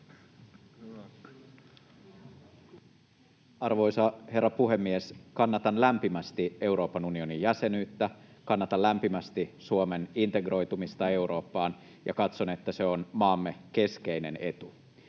Arvoisa herra puhemies! Kannatan lämpimästi Euroopan unionin jäsenyyttä. Kannatan lämpimästi Suomen integroitumista Eurooppaan ja katson, että se on maamme keskeinen etu.